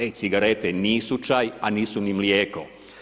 E-cigarete nisu čaj, a nisu ni mlijeko.